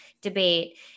debate